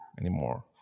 anymore